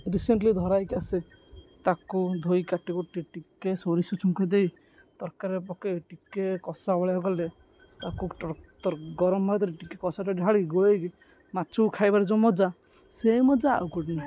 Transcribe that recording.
recently ଧରାହୋଇକି ଆସେ ତାକୁ ଧୋଇ କାଟି କୋଟି ଟିକିଏ ସୋରିଷ ଛୁଙ୍କ ଦେଇ ତରକାରୀରେ ପକାଇ ଟିକିଏ କଷା ଭଳିଆ କଲେ ତାକୁ ଗରମ ଭିତରେ ଟିକିଏ କଷାଟା ଢାଳି ଗୋଳେଇକି ମାଛକୁ ଖାଇବାରେ ଯେଉଁ ମଜା ସେ ମଜା ଆଉ କେଉଁଠି ନାହିଁ